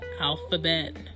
alphabet